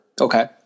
Okay